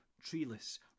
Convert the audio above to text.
treeless